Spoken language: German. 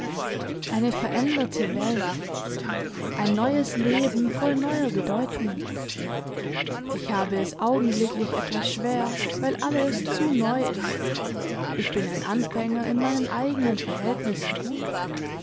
eine veränderte welt ein neues leben voll neuer bedeutungen ich habe es augenblicklich etwas schwer weil alles zu neu ist ich bin ein anfänger in meinen eigenen verhältnissen